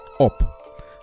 up